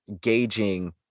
gauging